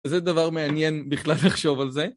וזה דבר מעניין בכלל לחשוב על זה.